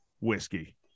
whiskey